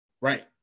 Right